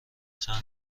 چند